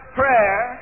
prayer